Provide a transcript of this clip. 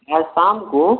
आज शाम को